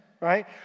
right